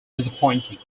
disappointing